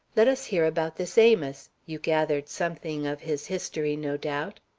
let us hear about this amos. you gathered something of his history, no doubt.